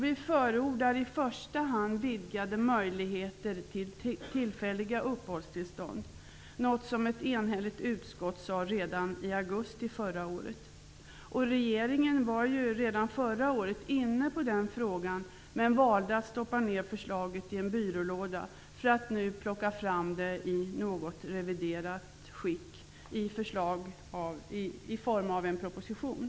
Vi förordar i första hand vidgade möjligheter till tillfälliga uppehållstillstånd, något som ett enhälligt utskott gjorde redan i augusti förra året. Regeringen var redan förra året inne på den frågan, men valde att stoppa ner förslaget i en byrålåda för att nu plockas fram i något reviderat skick i form av en proposition.